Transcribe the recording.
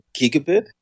gigabit